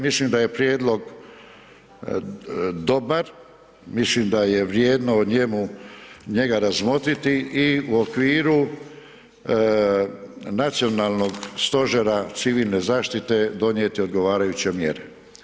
Mislim da je prijedlog dobar, mislim da je vrijedno o njemu, njega razmotriti i u okviru Nacionalnog stožera civilne zaštite donijeti odgovarajuće mjere.